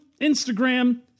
Instagram